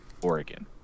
Oregon